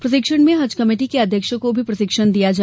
प्रशिक्षण में हज कमेटी के अध्यक्षों को भी प्रशिक्षण दिया गया